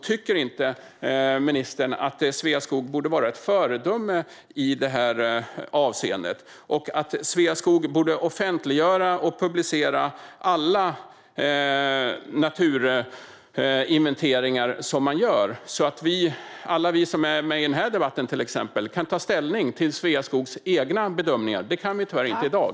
Tycker inte ministern att Sveaskog borde vara ett föredöme i det avseendet? Sveaskog borde offentliggöra och publicera alla naturinventeringar, så att alla vi som är med i till exempel den här debatten kan ta ställning till Sveaskogs egna bedömningar. Det kan vi tyvärr inte i dag.